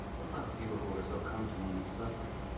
what about the people who are so comfortable in their suffering?